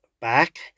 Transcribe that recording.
back